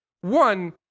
one